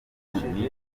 ingenzi